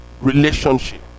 relationship